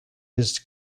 his